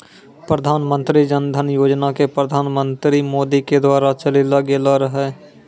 प्रधानमन्त्री जन धन योजना के प्रधानमन्त्री मोदी के द्वारा चलैलो गेलो रहै